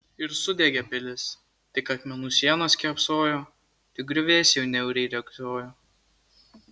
ir sudegė pilis tik akmenų sienos kėpsojo tik griuvėsiai niauriai riogsojo